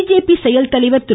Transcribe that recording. BJP செயல்தலைவர் திரு